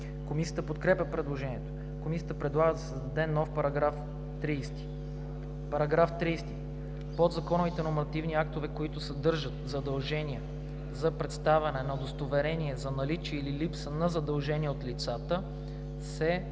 Комисията подкрепя предложението. Комисията предлага да се създаде нов § 30. „§ 30. Подзаконовите нормативни актове, които съдържат задължение за представяне на удостоверение за наличие или липса на задължения от лицата, се привеждат